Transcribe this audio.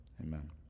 amen